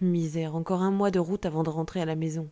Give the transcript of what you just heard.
misère encore un mois de route avant de rentrer à la maison